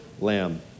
lamb